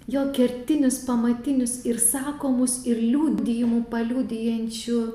jo kertinius pamatinius ir sakomus ir liudijimų paliudijančių